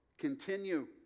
Continue